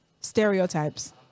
stereotypes